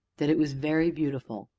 that it was very beautiful!